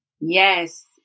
Yes